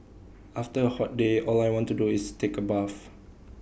after A hot day all I want to do is take A bath